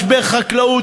משבר חקלאות,